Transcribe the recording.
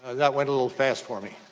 that went a little fast for me.